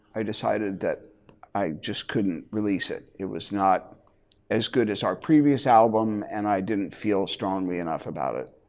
i decided that i just couldn't release it. it was not as good as our previous album and i didn't feel strongly enough about it.